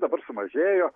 dabar sumažėjo